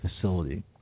facility